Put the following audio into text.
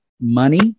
money